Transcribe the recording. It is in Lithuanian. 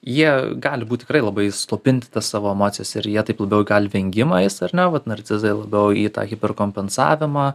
jie gali būt tikrai labai slopinti tas savo emocijas ir jie taip labiau gal į vengimą eis ar ne vat narcizai labiau į tą hiperkompensavimą